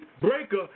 breaker